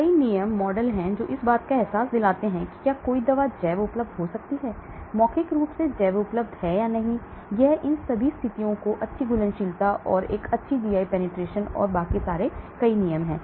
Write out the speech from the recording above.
कई नियम मॉडल हैं जो इस बात का अहसास दिलाते हैं कि क्या कोई दवा जैव उपलब्ध हो सकती है मौखिक रूप से जैव उपलब्ध है या नहीं यह इन सभी स्थितियों को अच्छी घुलनशीलता और एक अच्छी GI penetration और कई नियम हैं